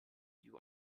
you